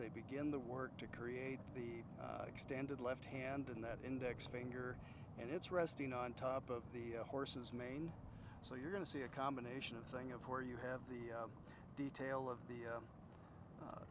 they begin the work to create the extended left hand in that index finger and it's resting on top of the horse's mane so you're going to see a combination of thing of where you have the detail of the